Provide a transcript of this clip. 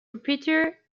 repeater